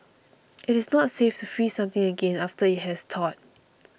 it is not safe to freeze something again after it has thawed